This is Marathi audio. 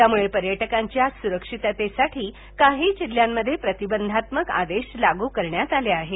त्यामुळे पर्यटकांच्या सुरक्षिततेसाठी काही जिल्ह्यांमध्ये प्रतिबंधात्मक आदेश लागू करण्यात आले आहेत